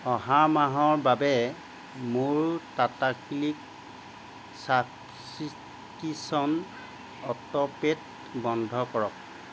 অহা মাহৰ বাবে মোৰ টাটা ক্লিক ছাবস্ক্ৰিপশ্য়ন অটোপে' বন্ধ কৰক